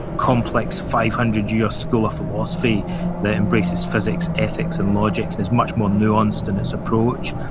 complex, five hundred year school of philosophy that embraces physics ethics, and logic, and is much more nuanced in its approach.